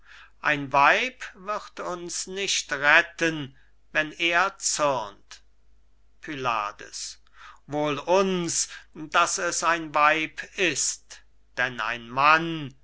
ein weib wird uns nicht retten wenn er zürnt pylades wohl uns daß es ein weib ist denn ein mann